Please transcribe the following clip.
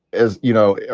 as you know,